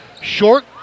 Short